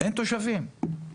אין תושבים.